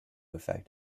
effect